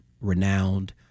renowned